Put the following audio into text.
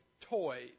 toys